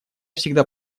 всегда